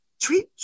treat